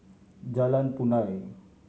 Jalan Punai